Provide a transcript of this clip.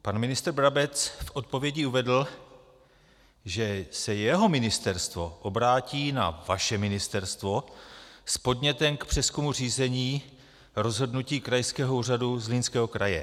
Pan ministr Brabec v odpovědi uvedl, že se jeho ministerstvo obrátí na vaše ministerstvo s podnětem k přezkumu řízení rozhodnutí Krajského úřadu Zlínského kraje.